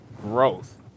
growth